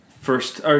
First